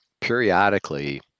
periodically